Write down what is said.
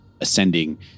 ascending